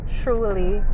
truly